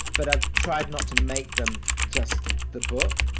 but i've tried not to make them just the book.